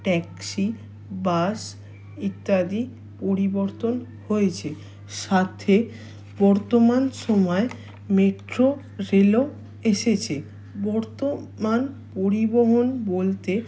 taxi bus ইত্যাদি পরিবর্তন হয়েছে সাথে বর্তমান সময় মেট্রো রেলও এসেছে বর্তমান পরিবহণ বলতে